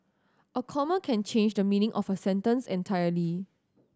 a comma can change the meaning of a sentence entirely